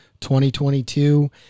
2022